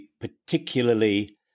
particularly